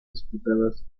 disputadas